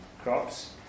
crops